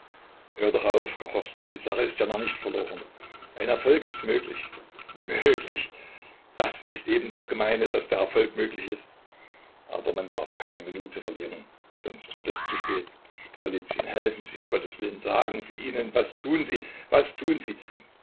hör doch auf kachowskij die sache ist ja noch nicht verloren ein erfolg ist möglich möglich das ist eben das gemeine daß der erfolg möglich ist aber man darf keine minute verlieren sonst wird es zu spät golizyn helfen sie um gotteswillen sagen sie ihnen was tun sie was tun sie